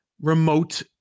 remote